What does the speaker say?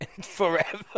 Forever